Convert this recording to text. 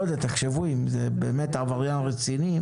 לא יודע, תחשבו אם זה עבריין רציני.